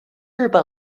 日本